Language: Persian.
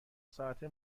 ساعته